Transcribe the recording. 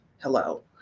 Hello